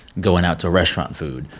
going out to restaurant food,